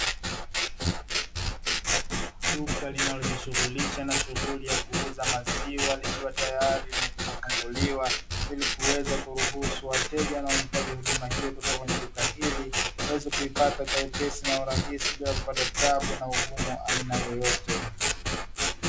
Duka linalojishughulisha na shughuli ya kuuza maziwa likiwa tayari limekwisha funguliwa, ili kuweza kuruhusu wateja wanaohitaji huduma hiyo kutoka kwenye duka hili; waweze kuipata kwa wepesi na urahisi bila kupata tabu na ugumu wa aina yoyote.